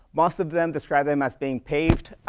most of them described them as being paved,